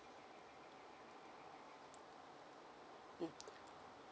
mm